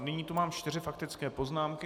Nyní tu mám čtyři faktické poznámky.